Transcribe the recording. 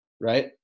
right